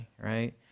right